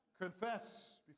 Confess